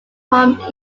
home